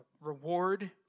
reward